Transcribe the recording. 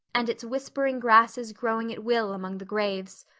and its whispering grasses growing at will among the graves.